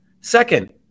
Second